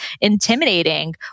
intimidating